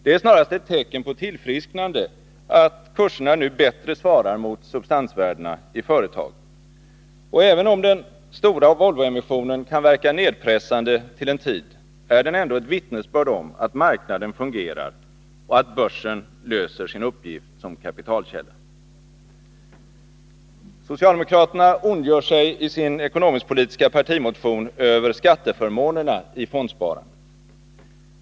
Det är snarast ett tecken på tillfrisknande att aktiekurserna nu bättre svarar mot substansvärdena i företagen. Och även om den stora Volvoemissionen kan verka nedpressande till en tid, är den ändå ett vittnesbörd om att marknaden fungerar och att börsen löser sin uppgift som kapitalkälla. Socialdemokraterna ondgör sig i sin ekonomisk-politiska partimotion över skatteförmånerna i fondsparandet.